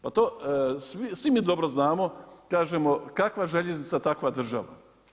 Pa to svi mi dobro znamo kažemo kakva željeznica takva država.